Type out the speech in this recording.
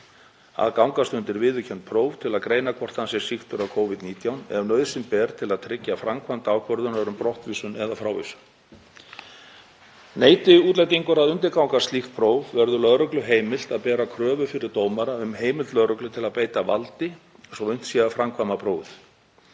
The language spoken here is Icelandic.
að gangast undir viðurkennd próf til að greina hvort hann sé sýktur af Covid-19 ef nauðsyn ber til að tryggja framkvæmd ákvörðun um brottvísun eða frávísun. Neiti útlendingur að undirgangast slíkt próf verður lögreglu heimilt að bera kröfu fyrir dómara um heimild lögreglu til að beita valdi svo unnt sé að framkvæma prófið.